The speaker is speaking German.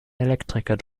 elektriker